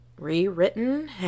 rewritten